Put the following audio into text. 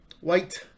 white